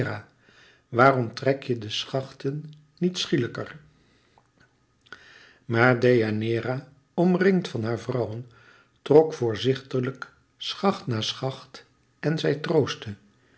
waarom trek je de schachten niet schielijker maar deianeira omringd van haar vrouwen trok voorzichtiglijk schacht na schacht en zij troostte